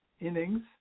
innings